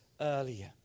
earlier